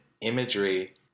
imagery